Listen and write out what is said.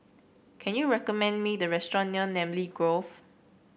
can you recommend me the restaurant near Namly Grove